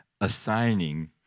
assigning